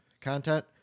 content